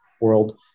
world